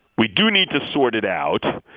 we do need to sort it out,